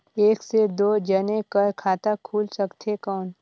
एक से दो जने कर खाता खुल सकथे कौन?